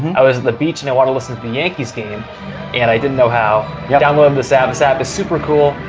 and i was the beach and i want to listen to the yankees game and i didn't know how. i yeah downloaded this app, this app is super cool,